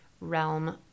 realm